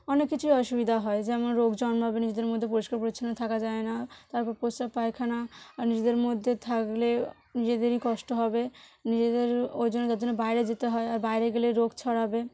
অনেক কিছুই অসুবিধা হয় যেমন রোগ জন্মাবে নিজেদের মধ্যে পরিষ্কার পরিচ্ছন্ন থাকা যায় না তারপর প্রস্রাব পায়খানা নিজেদের মধ্যে থাকলে নিজেদেরই কষ্ট হবে নিজেদের ওই জন্য তার জন্য বাইরে যেতে হয় আর বাইরে গেলেই রোগ ছড়াবে